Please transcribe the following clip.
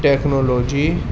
technology